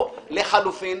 או לחילופין,